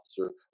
officer